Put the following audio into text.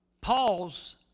Paul's